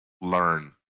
learn